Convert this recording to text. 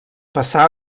passà